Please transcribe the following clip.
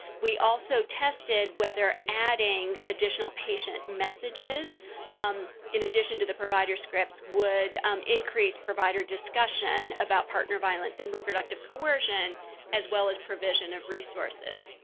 we also tested whether adding additional patient messages in addition to the provider script would increase provider discussion about partner violence and reproductive coercion as well as provision of resources.